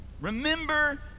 remember